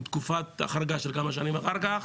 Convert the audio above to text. עם תקופת חריגה של כמה שנים אחר כך,